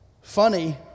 Funny